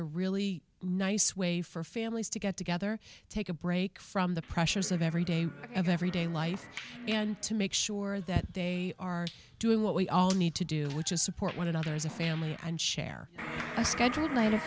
a really nice way for families to get together take a break from the pressures of every day of everyday life and to make sure that they are doing what we all need to do which is support one another as a family and share as scheduled night